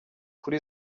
kuri